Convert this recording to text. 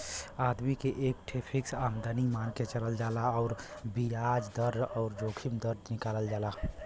आदमी के एक ठे फ़िक्स आमदमी मान के चलल जाला अउर बियाज दर अउर जोखिम दर निकालल जाला